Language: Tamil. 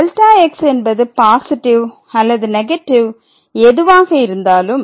Δx என்பது பாசிட்டிவ் அல்லது நெகட்டிவ் எதுவாக இருந்தாலும்